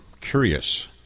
curious